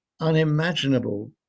unimaginable